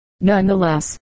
nonetheless